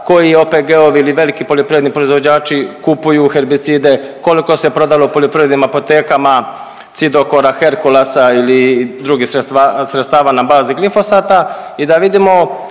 koji OPG-ovi ili veliki poljoprivredni proizvođači kupuju herbicide, koliko se prodalo u poljoprivrednim apotekama Cidokora, Herkulasa ili drugih sredstava na bazi glifosata i da vidimo